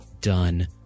done